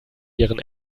ihren